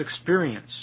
experience